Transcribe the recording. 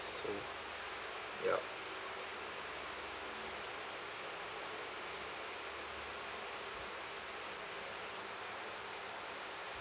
so yup